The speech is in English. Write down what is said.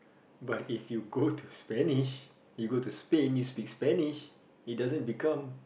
but if you go to Spanish you go to Spain you speak Spanish it doesn't become